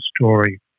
story